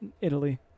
Italy